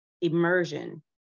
Immersion